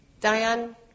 Diane